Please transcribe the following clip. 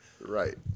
Right